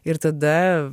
ir tada